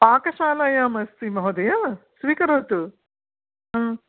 पाकशालायाम् अस्ति महोदय स्वीकरोतु